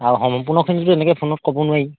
আৰু সম্পূৰ্ণখিনিটো এনেকৈ ফোনত ক'ব নোৱাৰি